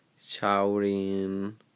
shouting